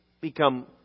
become